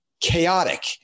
chaotic